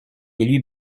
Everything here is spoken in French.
lui